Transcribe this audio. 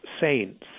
saints